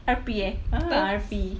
R_P eh uh R_P